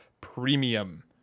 Premium